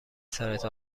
سرت